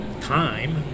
time